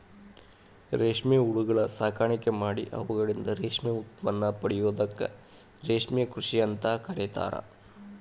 ರೇಷ್ಮೆ ಹುಳಗಳ ಸಾಕಾಣಿಕೆ ಮಾಡಿ ಅವುಗಳಿಂದ ರೇಷ್ಮೆ ಉತ್ಪನ್ನ ಪಡೆಯೋದಕ್ಕ ರೇಷ್ಮೆ ಕೃಷಿ ಅಂತ ಕರೇತಾರ